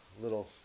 little